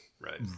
Right